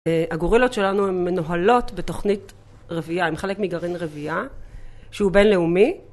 הגורילות שלנו הן מנוהלות בתוכנית רבייה, הם חלק מגרעין רבייה שהוא בינלאומי